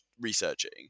researching